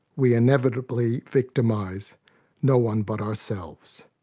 we inevitably victimize no one but ourselves.